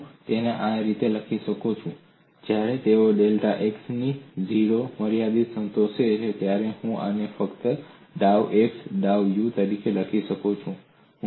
તેથી હું તેને આ રીતે લખી શકું છું જ્યારે તેઓ ડેલ્ટા x ની 0 ની મર્યાદાને સંતોષે છે ત્યારે હું આને ફક્ત ડાઉ x ભાગ્યા ડાઉ u તરીકે લખી શકું છું